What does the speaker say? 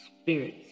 spirits